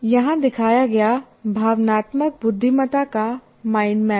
यहाँ दिखाया गया भावनात्मक बुद्धिमत्ता का माइंड मैप है